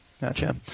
Gotcha